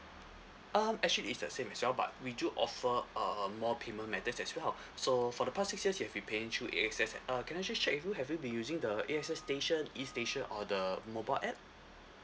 um actually is the same as well but we do offer um more payment methods as well so for the past six years you have been paying through A_X_S uh can I just check with you have you been using the A_X_S station E station or the mobile app